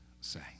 say